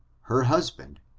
her husband,